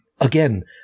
again